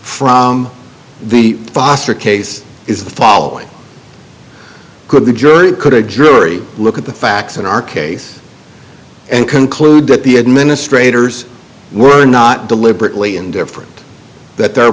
from the foster case is the following could the jury could a jury look at the facts in our case and conclude that the administrators were not deliberately indifferent that their